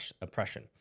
oppression